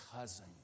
cousin